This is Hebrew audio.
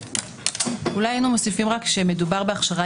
אולי היינו מוסיפים שמדובר בהכשרה